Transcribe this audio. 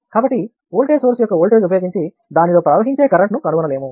కాబట్టి voltage source యొక్క voltage ఉపయోగించి దానిలో ప్రవహించే కరెంటు ను కనుగొనలేము